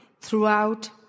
throughout